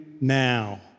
now